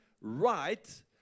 right